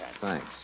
Thanks